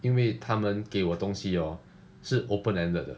因为他们给我东西 orh 是 open ended 的